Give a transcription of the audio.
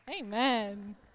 Amen